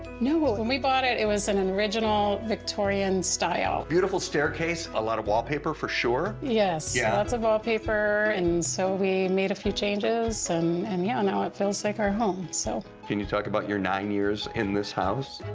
no, when we bought it, it was an an original victorian style. beautiful staircase, a lot of wallpaper, for sure. yes, yeah lots of wallpaper, and so we made a few changes. and and yeah, ah now it feels like our home. so can you talk about your nine years in this house?